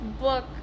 book